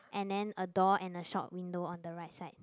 and then a door and a shop window on the right side